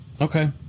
okay